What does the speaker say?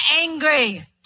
angry